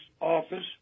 office